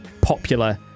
popular